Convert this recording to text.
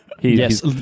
Yes